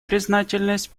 признательность